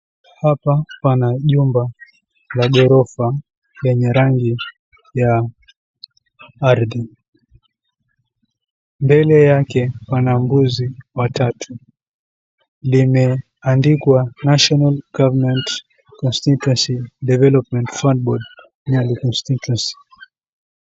Hapa pana jumba la ghorofa yenye rangi ya ardhi, mbele yake pana mbuzi watatu, limeandikwa national government constituency fund board nyali constituency.